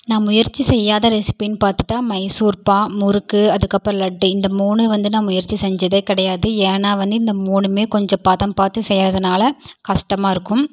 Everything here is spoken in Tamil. நான் முயற்சி செய்யாத ரெசிப்பின்னு பார்த்துட்டா மைசூர்பா முறுக்கு அதற்கப்பறம் லட்டு இந்த மூணும் வந்து நான் முயற்சி செஞ்சதே கிடையாது ஏன்னா வந்து இந்த மூணுமே கொஞ்சம் பதம் பார்த்து செய்யறதுனால கஷ்டமாக இருக்கும்